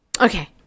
Okay